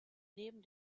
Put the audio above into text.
neben